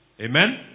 Amen